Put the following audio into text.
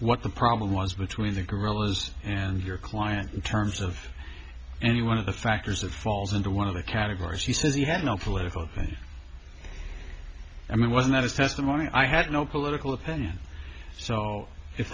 what the problem was between the growers and your client in terms of any one of the factors that falls into one of the categories he says he had no political i mean wasn't his testimony i had no political opinion so if